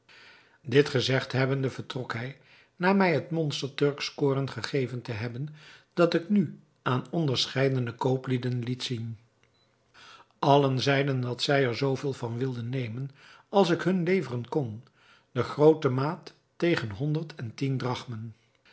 dit gezegd hebbende vertrok hij na mij het monster turksch koren gegeven te hebben dat ik nu aan onderscheidene kooplieden liet zien allen zeiden dat zij er zooveel van wilden nemen als ik hun leveren kon de groote maat tegen honderd en tien drachmen